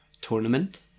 tournament